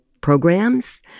programs